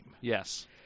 yes